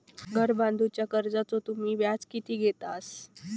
घर बांधूच्या कर्जाचो तुम्ही व्याज किती घेतास?